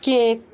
cake